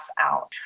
out